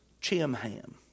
Chimham